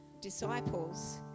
disciples